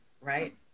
right